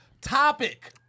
topic